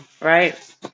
right